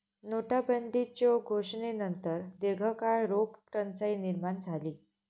नोटाबंदीच्यो घोषणेनंतर दीर्घकाळ रोख टंचाई निर्माण झाली